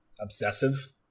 obsessive